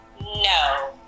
No